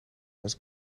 has